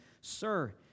Sir